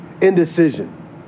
indecision